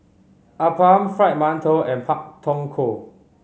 appam Fried Mantou and Pak Thong Ko